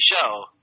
show